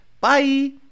Bye